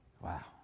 Wow